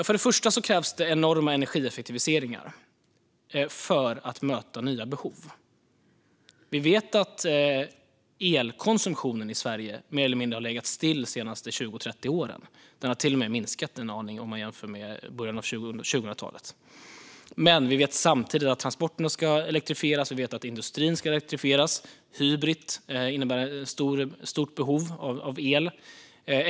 För det första krävs enorma energieffektiviseringar för att möta nya behov. Elkonsumtionen i Sverige har legat mer eller mindre still de senaste 20-30 åren. Den har till och med minskat en aning om man jämför med början av 2000-talet. Men vi vet samtidigt att transporterna ska elektrifieras och att industrin ska elektrifieras. Hybrit kommer att innebära ett stort behov av el.